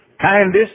kindest